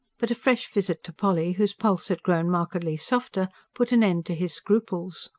but a fresh visit to polly, whose pulse had grown markedly softer, put an end to his scruples.